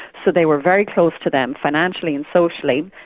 so they were very close to them, financially and socially,